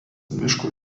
miško